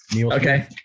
Okay